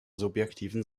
subjektiven